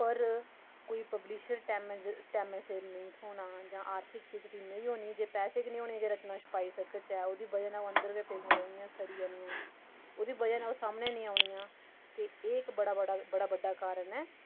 होर कोई पब्लिश टैमे सिर नेईं थ्होना जां आर्थिक स्थिती नेही होनी पैसे गै निं होने जे रचना छपाई सकचै ओह्दी बजह् नै ओह् अन्दर गै पेदियां रौह्नियां सड़ी जानियां ओह्दी बजह् नाल सामनै निं औनियां ते एह् इक बड़ा बड्डा कारण ऐ